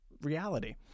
reality